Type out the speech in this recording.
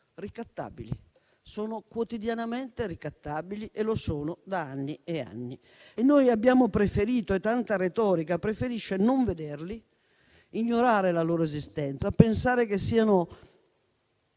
allora, sono quotidianamente ricattabili e lo sono da anni e anni. Noi preferiamo - e tanta retorica preferisce - non vederli, ignorare la loro esistenza e pensare che siano